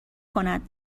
کند